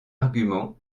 argument